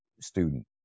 student